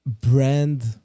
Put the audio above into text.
brand